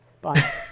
Bye